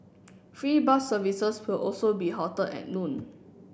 free bus services will also be halted at noon